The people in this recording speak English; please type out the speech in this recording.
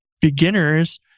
beginners